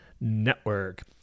Network